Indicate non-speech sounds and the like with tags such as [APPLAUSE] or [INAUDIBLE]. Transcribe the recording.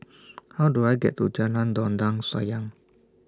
[NOISE] How Do I get to Jalan Dondang Sayang